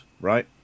right